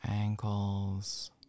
ankles